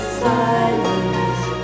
silence